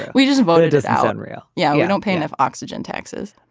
we just voted as allen real yeah. i don't pay enough oxygen taxes